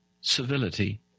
civility